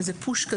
זה פוש.